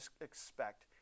expect